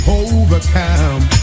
overcome